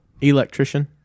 Electrician